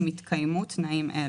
אם התקיימו תנאים אלה: